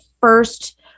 first